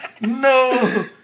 No